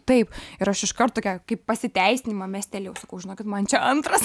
taip ir aš iškart tokia kaip pasiteisinimą mestelėjau žinokit man čia antras